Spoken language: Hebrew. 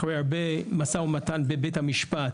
אחרי הרבה משא ומתן בבית המשפט